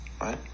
Right